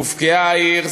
הובקעה העיר,